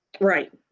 right